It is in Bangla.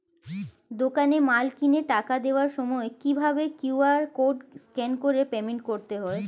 দোকানে মাল কিনে টাকা দেওয়ার সময় কিভাবে কিউ.আর কোড স্ক্যান করে পেমেন্ট করতে হয়?